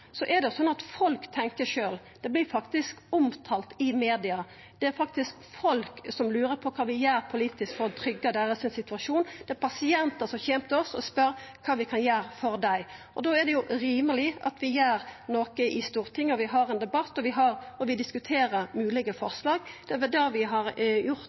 media. Det er faktisk folk som lurer på kva vi gjer politisk for å tryggja situasjonen deira. Det er pasientar som kjem til oss og spør kva vi kan gjera for dei. Da er det rimeleg at vi gjer noko i Stortinget, og at vi har ein debatt og diskuterer moglege forslag. Det er det vi har gjort i dag. Eg synest faktisk ikkje debatten har vore god, sjølv om det er det